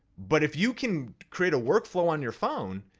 but if you can create a workflow on your phone,